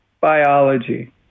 biology